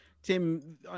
Tim